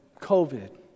COVID